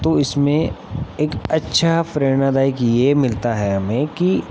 तो इसमें एक अच्छा प्रेरणादायक ये मिलता है हमें कि